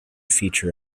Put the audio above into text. feature